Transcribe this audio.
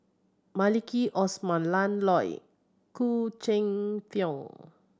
Maliki Osman Ian Loy Khoo Cheng Tiong